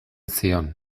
zion